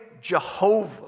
jehovah